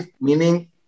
meaning